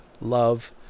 love